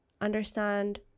understand